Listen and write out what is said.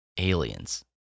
aliens